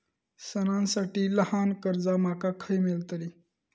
सणांसाठी ल्हान कर्जा माका खय मेळतली?